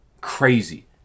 crazy